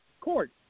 court